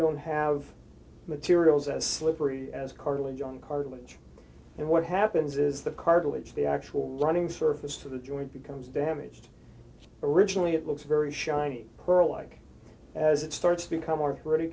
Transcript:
don't have materials as slippery as cartilage young cartilage and what happens is the cartilage the actual running surface to the joint becomes damaged originally it looks very shiny or alike as it starts to become